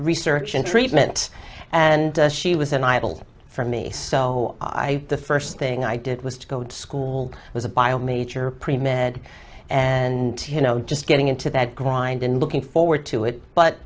research and treatment and she was an idol for me so i the first thing i did was to go to school was a bio major pre med and you know just getting into that grind and looking forward to it but